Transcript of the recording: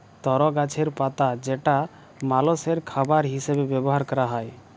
তর গাছের পাতা যেটা মালষের খাবার হিসেবে ব্যবহার ক্যরা হ্যয়